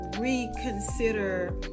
reconsider